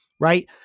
right